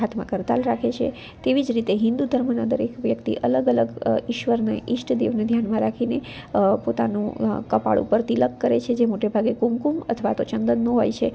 હાથમાં કરતાલ રાખે છે તેવી જ રીતે હિન્દુ ધર્મના દરેક વ્યક્તિ અલગ અલગ ઈશ્વરને ઇષ્ટદેવને ધ્યાનમાં રાખીને પોતાનું કપાળ ઉપર તિલક કરે છે જે મોટે ભાગે કુમકુમ અથવા તો ચંદનનું હોય છે